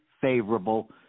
favorable